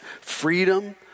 freedom